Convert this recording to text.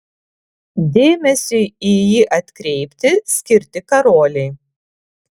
dėmesiui į jį atkreipti skirti karoliai